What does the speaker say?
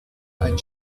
ein